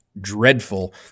dreadful